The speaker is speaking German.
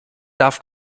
darf